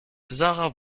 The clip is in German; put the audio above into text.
sarah